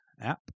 app